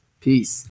Peace